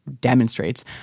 demonstrates